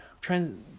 Trying